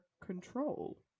control